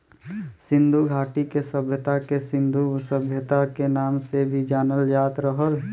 सिन्धु घाटी सभ्यता के सिन्धु सभ्यता के नाम से भी जानल जात रहल